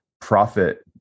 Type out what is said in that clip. profit